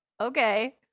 okay